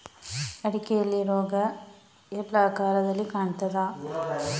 ಅಡಿಕೆಯಲ್ಲಿ ರೋಗ ಎಲ್ಲಾ ಕಾಲದಲ್ಲಿ ಕಾಣ್ತದ?